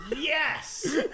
Yes